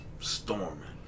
storming